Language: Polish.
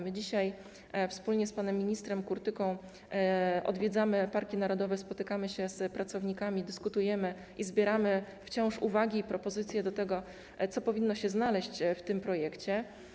My dzisiaj wspólnie z panem ministrem Kurtyką odwiedzamy parki narodowe, spotykamy się z pracownikami, dyskutujemy i wciąż zbieramy uwagi i propozycje co do tego, co powinno się znaleźć w tym projekcie.